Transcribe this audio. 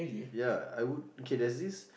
ya I would K there's this